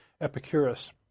Epicurus